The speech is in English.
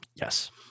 Yes